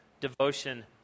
devotion